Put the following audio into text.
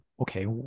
okay